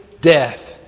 death